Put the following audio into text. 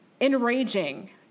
enraging